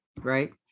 right